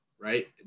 right